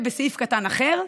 בסעיף קטן אחר: